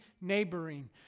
neighboring